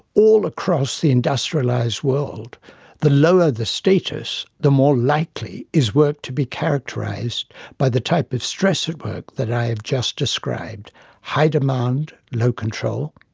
all across the industrialised world the lower the status the more likely is work to be characterised by the type of stress at work that i have just described high demand low control,